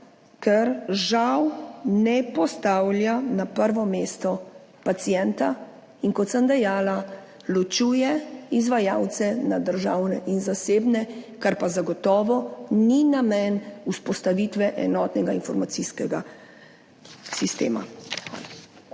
ker žal ne postavlja na prvo mesto pacienta in kot sem dejala, ločuje izvajalce na državne in zasebne, kar pa zagotovo ni namen vzpostavitve enotnega informacijskega sistema.